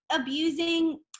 abusing